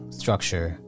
structure